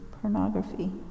pornography